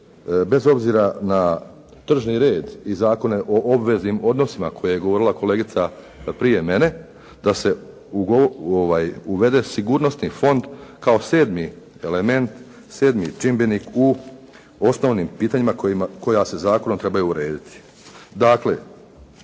bez obzira na tržni red i Zakone o obveznim odnosima koje je govorila kolegica prije mene, da se uvede sigurnosni fond kao sedmi element, sedmi čimbenik u osnovnim pitanjima koja se zakonom trebaju urediti.